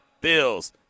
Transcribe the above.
Bills